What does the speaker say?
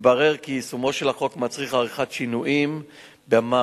התברר כי יישומו של החוק מצריך עריכת שינויים במערכת